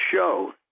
show